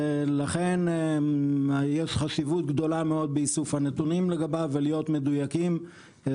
ולכן יש חשיבות גדולה מאוד באיסוף הנתונים לגביו ולדיוק שלהם.